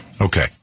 Okay